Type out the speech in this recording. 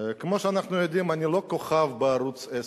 כמו שאנחנו יודעים, אני לא כוכב בערוץ-10.